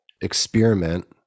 experiment